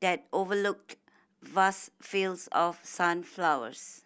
that overlooked vast fields of sunflowers